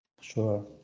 Sure